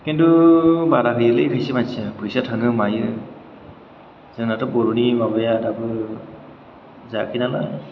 खिन्थु बादा होयोलै एसे मानसिया फैसा थाङो मायो जोंनाथ' बर'नि माबाया दाबो जायाखै नालाय